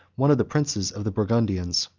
one of the princes of the burgundians.